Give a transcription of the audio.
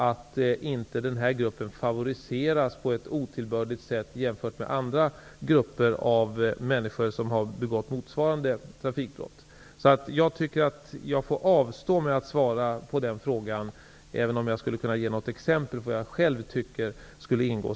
Den här gruppen människor får inte favoriseras på ett otillbörligt sätt, jämfört med andra grupper av människor som har begått motsvarande trafikbrott. Jag avstår alltså från att svara på den frågan, även om jag skulle kunna ge exempel på vad jag själv tycker bör ingå.